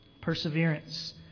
Perseverance